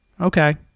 Okay